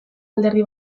alderdi